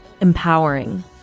Empowering